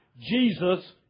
Jesus